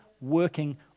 working